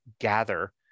gather